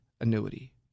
annuity